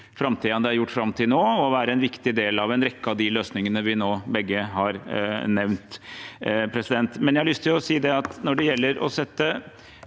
framtiden enn det har gjort fram til nå, og være en viktig del av en rekke av de løsningene vi begge nå har nevnt. Jeg har lyst til å si at når det gjelder å sette